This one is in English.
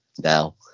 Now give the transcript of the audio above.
now